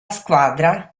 squadra